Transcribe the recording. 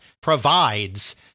provides